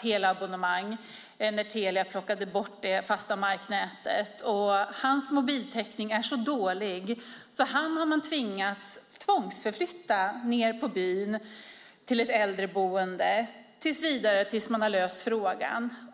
teleabonnemang när Telia plockade bort det fasta marknätet. Hans mobiltäckning är så dålig att man har tvingats tvångsförflytta honom till ett äldreboende nere på byn tills man har löst frågan.